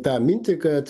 tą mintį kad